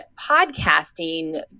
podcasting